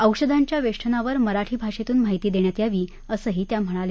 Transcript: औषधांच्या वेष्टनावर मराठी भाषेतून माहिती देण्यात यावी असंही त्या म्हणाल्या